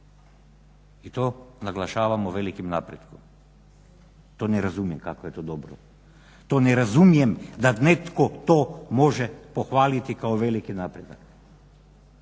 I to naglašavamo velikim napretkom? To ne razumijem kako je to dobro, to ne razumijem da netko to može pohvaliti kao veliki napredak.